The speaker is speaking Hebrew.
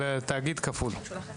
ולתאגיד כפול.